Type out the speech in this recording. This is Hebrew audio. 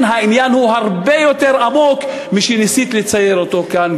לכן העניין הוא הרבה יותר עמוק מאשר מה שניסית לצייר כאן,